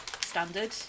standard